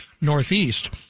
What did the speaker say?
northeast